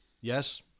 Yes